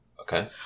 Okay